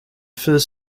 first